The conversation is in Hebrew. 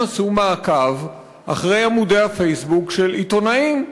עשו מעקב אחר עמודי הפייסבוק של עיתונאים,